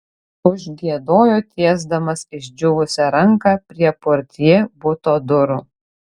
užgiedojo tiesdamas išdžiūvusią ranką prie portjė buto durų